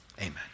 Amen